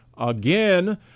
again